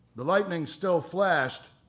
the lightning still flashed,